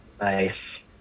Nice